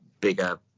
bigger